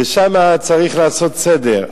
ושם צריך לעשות סדר,